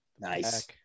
Nice